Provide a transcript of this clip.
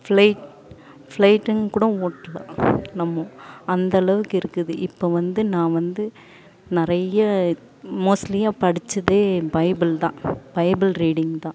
flight ஃப்ளைட்டுங்க கூடம் ஓட்டலாம் நம்ம அந்த அளவுக்கு இருக்குது இப்போ வந்து நான் வந்து நிறைய மோஸ்ட்லியாக படிச்சதே பைபிள் தான் பைபிள் ரீடிங் தான்